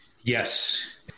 Yes